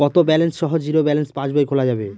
কত ব্যালেন্স সহ zero balance passbook খোলা যাবে?